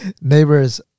neighbors